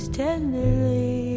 tenderly